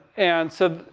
and so,